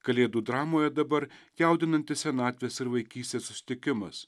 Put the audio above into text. kalėdų dramoje dabar jaudinantis senatvės ir vaikystės susitikimas